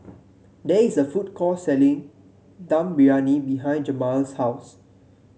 there is a food court selling Dum Briyani behind Jamaal's house